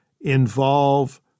involve